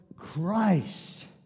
Christ